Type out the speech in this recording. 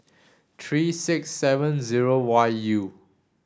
three six seven zero Y U